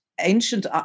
ancient